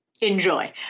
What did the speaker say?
enjoy